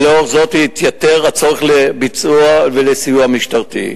ולאור זאת התייתר הצורך לביצוע ולסיוע משטרתי.